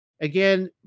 again